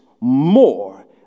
more